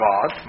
God